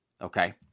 okay